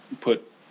put